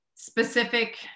specific